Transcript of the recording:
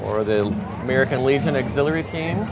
or the american legion exhilarating